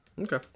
Okay